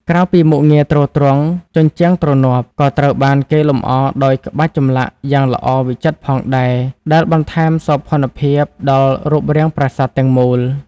ក្រៅពីមុខងារទ្រទ្រង់ ជញ្ជាំងទ្រនាប់ ក៏ត្រូវបានគេលម្អដោយ ក្បាច់ចម្លាក់ យ៉ាងល្អវិចិត្រផងដែរ ដែលបន្ថែមសោភ័ណភាពដល់រូបរាងប្រាសាទទាំងមូល។